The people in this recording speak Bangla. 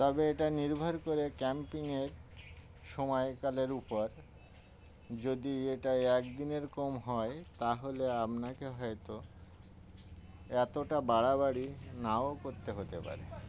তবে এটা নির্ভর করে ক্যাম্পিংয়ের সময়কালের উপর যদি এটা একদিনের কম হয় তাহলে আপনাকে হয়তো এতটা বাড়াবাড়ি নাও করতে হতে পারে